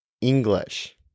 English